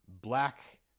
black